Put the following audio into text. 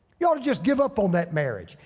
you ought to just give up on that marriage.